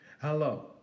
Hello